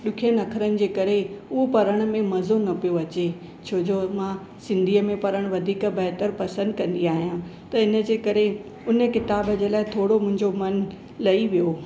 ॾुखियनि अख़रनि जे करे उहो पढ़ण में मज़ो न पियो अचे छो जो मां सिंधीअ में पढ़ण वधीक बहितरु पसंदि कंदी आहियां त इनजे करे उन क़िताबु जे लाइ थोरो मुंहिंजो मन लही वियो